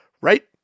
right